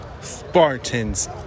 spartans